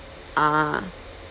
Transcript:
ah